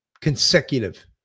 consecutive